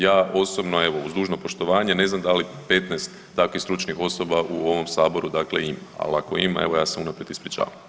Ja osobno evo uz dužno poštovanje ne znam da li 15 takvih stručnih osoba u ovom saboru dakle ima, ali ako ima evo ja se unaprijed ispričavam.